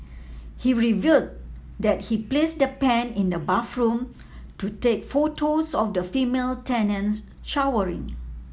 he revealed that he placed the pen in the bathroom to take photos of the female tenants showering